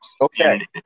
Okay